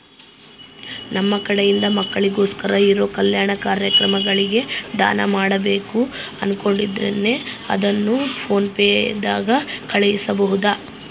ನಮ್ಮ ಕಡೆಯಿಂದ ಮಕ್ಕಳಿಗೋಸ್ಕರ ಇರೋ ಕಲ್ಯಾಣ ಕಾರ್ಯಕ್ರಮಗಳಿಗೆ ದಾನ ಮಾಡಬೇಕು ಅನುಕೊಂಡಿನ್ರೇ ಅದನ್ನು ಪೋನ್ ಪೇ ದಾಗ ಕಳುಹಿಸಬಹುದಾ?